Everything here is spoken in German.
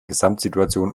gesamtsituation